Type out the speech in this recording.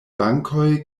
bankoj